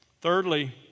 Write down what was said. Thirdly